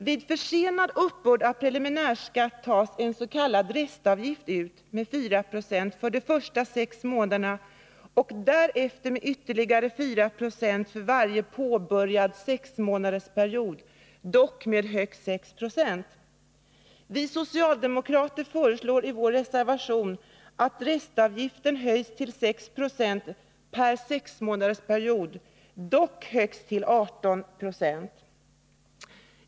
Vid försenad uppbörd av preliminär skatt tas ens.k. restavgift ut med 4 2 för de första sex månaderna och därefter med ytterligare 4 20 för varje påbörjad sexmånadersperiod, dock högst 6 96. Vi socialdemokrater föreslår i vår reservation att restavgiften höjs till 6 9c per sexmånadersperiod, dock högst till 18 90.